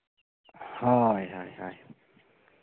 ᱦᱳᱭ ᱦᱳᱭ ᱦᱳᱭ